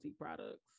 products